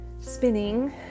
spinning